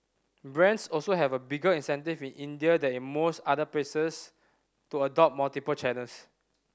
brands also have had a bigger incentive in India than in most other places to adopt multiple channels